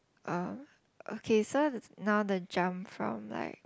uh okay so now the jump from like